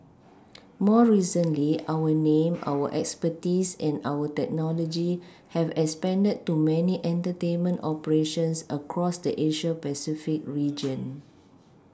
more recently our name our expertise and our technology have expanded to many entertainment operations across the Asia Pacific region